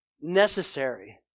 necessary